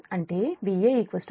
అంటేVa 3 Vao